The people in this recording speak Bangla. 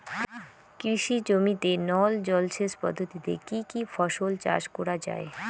কৃষি জমিতে নল জলসেচ পদ্ধতিতে কী কী ফসল চাষ করা য়ায়?